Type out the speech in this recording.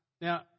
now